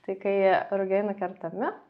tai kai rugiai nukertami